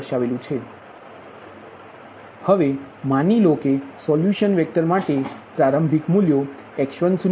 ynfnx1x2 xn હવે માની લો કે સોલ્યુશન વેક્ટર માટે પ્રારંભિક મૂલ્યો x10 x20